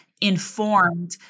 informed